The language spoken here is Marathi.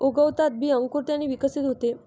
उगवणात बी अंकुरते आणि विकसित होते